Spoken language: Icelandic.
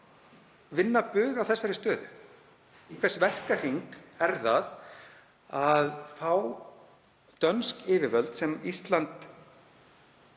vinna bug á þeirri stöðu. Í hvers verkahring er það að fá dönsk yfirvöld, sem Ísland